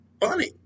funny